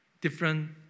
Different